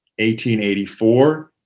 1884